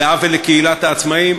זה עוול לקהילת העצמאים,